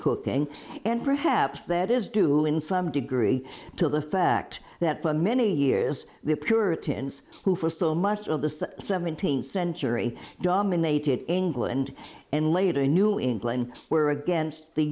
cooking and perhaps that is due in some degree to the fact that for many years the puritans who for still much of the seventeenth century dominated england and later new england were against the